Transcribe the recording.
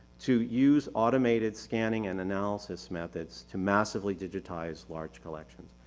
to use automated scanning and analysis methods to massively digitize large collections.